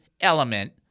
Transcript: element